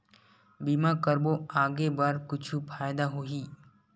बीमा करबो आगे बर कुछु फ़ायदा होही?